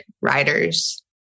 writers